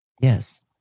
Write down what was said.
Yes